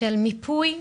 של מיפוי.